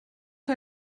que